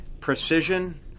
precision